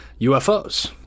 UFOs